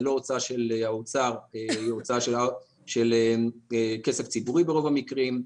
זה לא הוצאה של האוצר או כסף ציבורי ברוב המקרים.